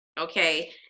okay